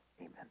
amen